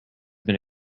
been